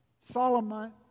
Solomon